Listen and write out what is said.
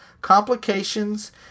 complications